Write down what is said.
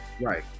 Right